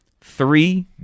three